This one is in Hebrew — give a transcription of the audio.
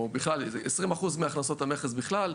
הם 20% מהכנסות המכס בכלל.